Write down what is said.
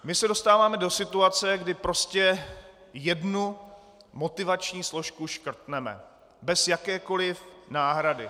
My se dostáváme do situace, kdy prostě jednu motivační složku škrtneme bez jakékoliv náhrady.